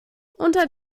unter